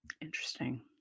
Interesting